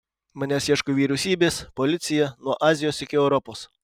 manęs ieško vyriausybės policija nuo azijos iki europos